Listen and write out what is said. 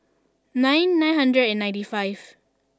nine nine hundred and ninety five